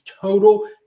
total